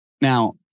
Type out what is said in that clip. Now